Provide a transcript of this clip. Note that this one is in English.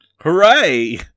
Hooray